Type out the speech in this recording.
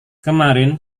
kemarin